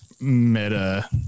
meta